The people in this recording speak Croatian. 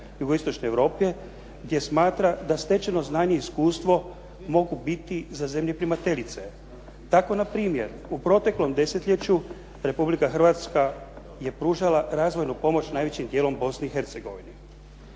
Jugoistočne Europe jer smatra da stečeno znanje i iskustvo mogu biti za zemlje primateljice. Tako na primjer, u proteklom desetljeću Republika Hrvatska je pružala razvojnu pomoć najvećim dijelom Bosni i Hercegovini.